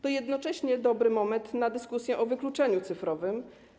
To jednocześnie dobry moment na dyskusję o wykluczeniu cyfrowym.